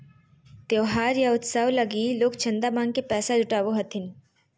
त्योहार या उत्सव लगी लोग चंदा मांग के पैसा जुटावो हथिन